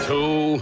Two